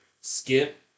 Skip